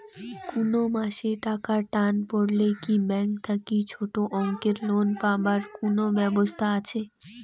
কুনো মাসে টাকার টান পড়লে কি ব্যাংক থাকি ছোটো অঙ্কের লোন পাবার কুনো ব্যাবস্থা আছে?